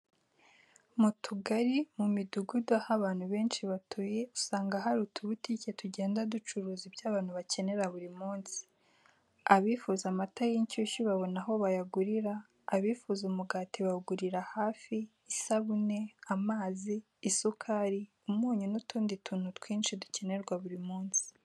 Mu tugari, mu midugudu aho abantu benshi batuye usanga hari utubutike tugenda ducuruza ibyo abantu bakenera buri munsi. Abifuza amata y'inshyushyu babona aho bayagurira, abifuza umugati bawugurira hafi, isabune, amazi, isukari, umunyu n'utundi tuntu twinshi dukenerwa buri munsi.